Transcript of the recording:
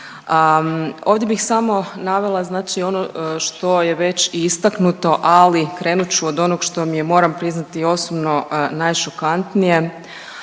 Ovdje bih samo navela znači ono što je već i istaknuto, ali krenut ću od onog što mi je, moram priznati, osobno najšokantnije,